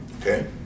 Okay